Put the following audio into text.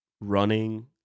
running